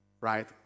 right